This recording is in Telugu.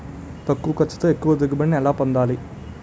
తక్కువ ఖర్చుతో ఎక్కువ దిగుబడి ని ఎలా పొందాలీ?